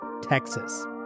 Texas